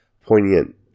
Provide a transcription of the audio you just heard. poignant